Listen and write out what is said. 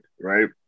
right